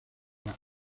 las